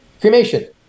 Cremation